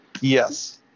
Yes